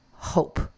Hope